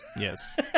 Yes